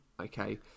Okay